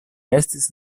estis